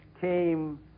came